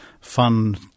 fun